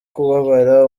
kubabara